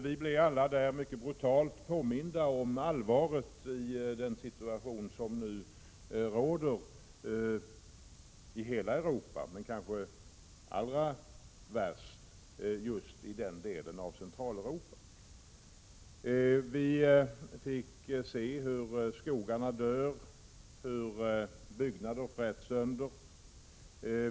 Vi blev alla där mycket brutalt påminda om allvaret i den situation som nu råder i hela Europa men som kanske är allra värst just i den delen av Centraleuropa. Vi fick se hur skogarna dör och hur byggnader fräts sönder.